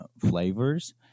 flavors